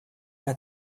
har